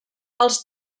els